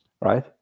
right